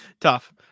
Tough